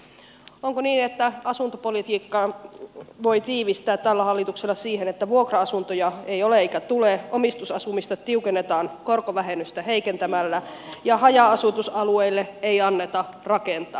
onko niin että tämän hallituksen asuntopolitiikan voi tiivistää siihen että vuokra asuntoja ei ole eikä tule omistusasumista tiukennetaan korkovähennystä heikentämällä ja haja asutusalueille ei anneta rakentaa